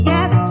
Yes